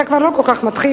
אתה כבר לא כל כך מתחיל,